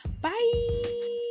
Bye